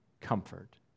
comfort